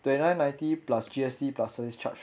twenty nine ninety plus G_S_T plus service charge